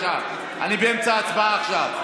אני באמצע הצבעה עכשיו.